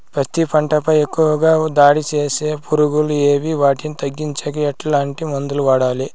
పత్తి పంట పై ఎక్కువగా దాడి సేసే పులుగులు ఏవి వాటిని తగ్గించేకి ఎట్లాంటి మందులు వాడాలి?